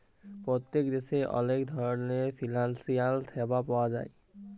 পত্তেক দ্যাশে অলেক রকমের ফিলালসিয়াল স্যাবা পাউয়া যায়